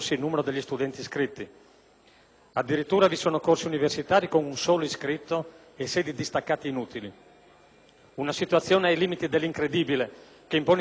addirittura vi sono corsi universitari con un solo iscritto e sedi distaccate inutili. È una situazione ai limiti dell'incredibile, che impone interventi decisi e mirati.